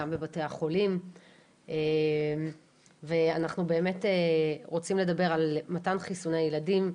גם בבתי החולים ואנחנו באמת רוצים לדבר על מתן חיסון לילדים,